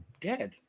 dead